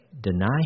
deny